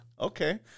Okay